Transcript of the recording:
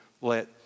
let